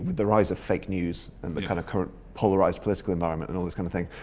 the rise of fake news and the kind of current polarised political environment and all this kind of thing,